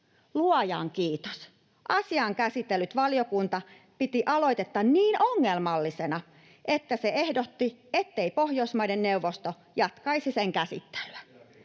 Luojan kiitos, asian käsitellyt valiokunta piti aloitetta niin ongelmallisena, että se ehdotti, ettei Pohjoismaiden neuvosto jatkaisi sen käsittelyä.